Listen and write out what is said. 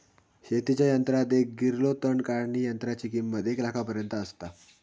शेतीच्या यंत्रात एक ग्रिलो तण काढणीयंत्राची किंमत एक लाखापर्यंत आसता